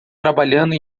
trabalhando